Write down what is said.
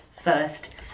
first